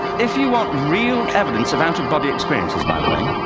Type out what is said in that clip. if you want real evidence of out-of-body experiences, by the way,